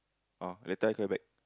ah later I call you back